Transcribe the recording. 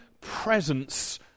presence